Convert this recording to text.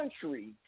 country